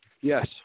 Yes